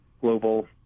global